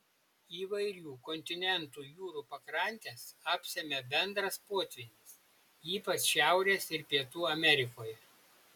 įvairių kontinentų jūrų pakrantes apsemia bendras potvynis ypač šiaurės ir pietų amerikoje